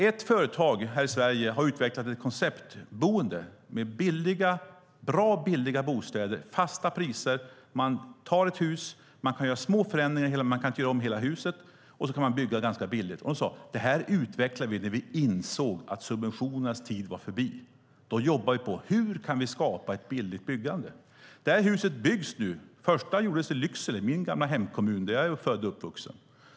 Ett företag i Sverige har utvecklat ett konceptboende med bra och billiga bostäder till fasta priser, där ett hus med hjälp av små förändringar kan byggas eller byggas om billigt. Företaget sade att de utvecklade detta hus när de insåg att subventionernas tid var förbi. Då jobbade de på hur de kunde skapa ett billigt byggande. Det huset byggs nu. Det första byggdes i Lycksele, min gamla hemkommun där jag är född och uppvuxen.